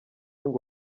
ngo